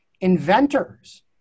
inventors